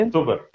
Super